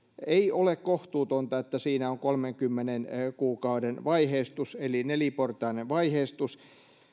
ei ole kohtuutonta että siinä on kolmenkymmenen kuukauden vaiheistus eli neliportainen vaiheistus